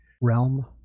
realm